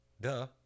Duh